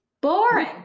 Boring